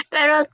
Pero